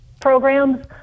programs